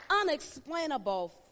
unexplainable